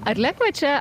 ar lengva čia